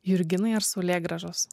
jurginai ar saulėgrąžos